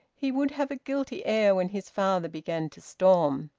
he would have a guilty air when his father began to storm.